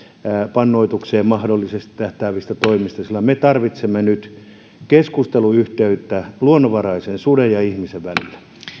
pannoitukseen mahdollisesti tähtäävistä toimista sillä me tarvitsemme nyt yhteyttä luonnonvaraisen suden ja ihmisen välille